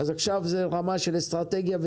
עכשיו זה רמה של אסטרטגיה,